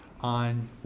on